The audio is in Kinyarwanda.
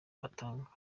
atanga